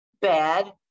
bad